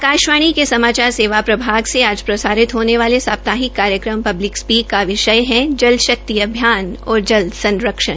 आकाशवाणी के समाचार प्रभाग से आज प्रसारित होने वाले साप्ताहिक कार्यक्रम पिब्लक स्पीक का विषय है जल शक्ति अभियान और जल संरक्षण